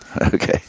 Okay